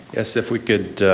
yes, if we could